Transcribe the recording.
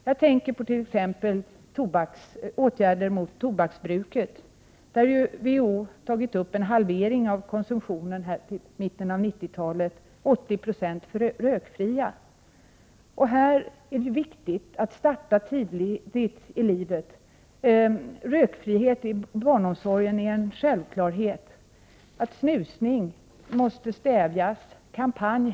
Jag tänker då på t.ex. åtgärderna mot tobaksbruket. WHO har som mål att det skall bli en Kalvering av tobakskonsumtionen fram till mitten av 90-talet. Ett annat mål är att 80 96 skall vara rökfria. Det är viktigt att starta en sådan kampanj tidigt i människors liv. Rökfrihet inom barnomsorgen är således en självklarhet. Snusning måste stävjas. Här är det viktigt med en kampanj.